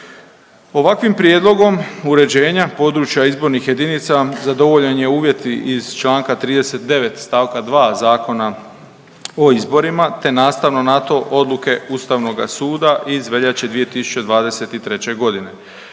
Ovakvim prijedlogom uređenja područja izbornih jedinica zadovoljen je i uvjet iz čl. 39. st. 2. Zakona o izborima te nastavno na to Odluke Ustavnoga suda iz veljače 2023.g.,